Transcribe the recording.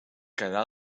quedà